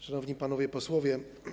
Szanowni Panowie Posłowie!